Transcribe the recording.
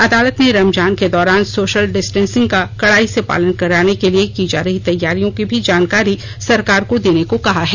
अदालत ने रमजान के दौरान सोशल डिस्टेंसिंग का कड़ाई से पालन कराने के लिए की जा रही तैयारियों की भी जानकारी सरकार से देने को कहा है